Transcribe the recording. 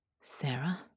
Sarah